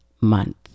Month